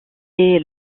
est